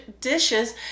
dishes